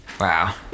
wow